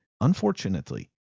unfortunately